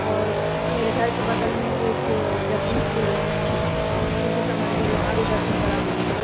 और मेरे घर के बगल में एक जगदीशपुर जी का मंदिर है वहाँ भी दर्शन करा दूँगी